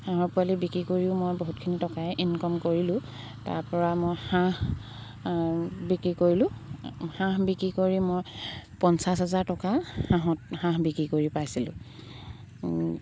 হাঁহৰ পোৱালি বিক্ৰী কৰিও মই বহুতখিনি টকাই ইনকম কৰিলোঁ তাৰপৰা মই হাঁহ বিক্ৰী কৰিলোঁ হাঁহ বিক্ৰী কৰি মই পঞ্চাছ হাজাৰ টকা হাঁহত হাঁহ বিক্ৰী কৰি পাইছিলোঁ